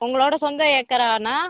உங்களோடய சொந்த ஏக்கராணா